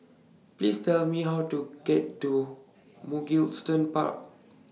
Please Tell Me How to get to Mugliston Park